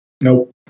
nope